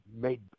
made